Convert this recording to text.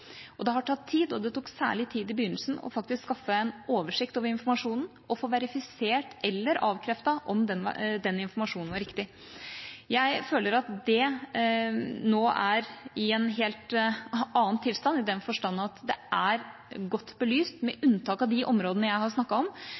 Det har tatt tid, og det tok særlig tid i begynnelsen, faktisk å skaffe en oversikt over informasjonen og få verifisert eller avkreftet om den informasjonen var riktig. Jeg føler at det nå er i en helt annen tilstand, i den forstand at det er godt belyst, med unntak av de områdene jeg har snakket om,